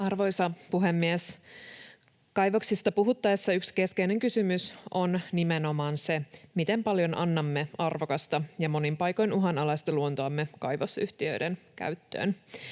Arvoisa puhemies! Kaivoksista puhuttaessa yksi keskeinen kysymys on nimenomaan se, miten paljon annamme arvokasta ja monin paikoin uhanalaista luontoamme kaivosyhtiöiden käyttöön.